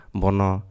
bono